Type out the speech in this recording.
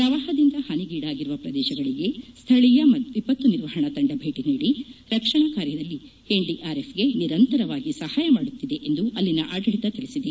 ಪ್ರವಾಹದಿಂದ ಹಾನಿಗೀಡಾಗಿರುವ ಪ್ರದೇಶಗಳಿಗೆ ಸ್ಥಳೀಯ ವಿಪತ್ತು ನಿರ್ವಹಣಾ ತಂಡ ಭೇಟಿ ನೀಡಿ ರಕ್ಷಣಾ ಕಾರ್ಯದಲ್ಲಿ ಎನ್ಡಿಆರ್ಎಫ್ಗೆ ನಿರಂತರವಾಗಿ ಸಹಾಯ ಮಾಡುತ್ತಿದೆ ಎಂದು ಅಲ್ಲಿನ ಆಡಳಿತ ತಿಳಿಸಿದೆ